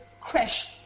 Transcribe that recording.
crash